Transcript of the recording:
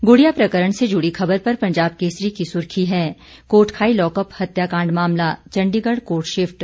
गुड़िया प्रकरण से जुड़ी खबर पर पंजाब केसरी की सुर्खी है कोटखाई लॉकअप हत्याकांड मामला चंडीगढ़ कोर्ट शिफ़ट